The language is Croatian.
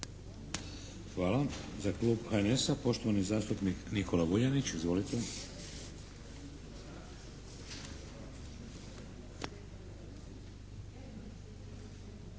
Hvala. Za klub HNS-a poštovani zastupnik Nikola Vuljanić. Izvolite.